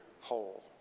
whole